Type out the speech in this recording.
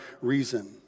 reason